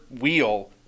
wheel